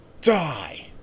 Die